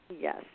Yes